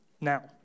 now